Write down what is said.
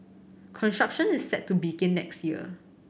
construction is set to begin next year